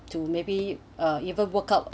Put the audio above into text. to maybe or even workout